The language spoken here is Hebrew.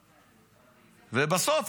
ובסוף,